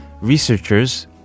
researchers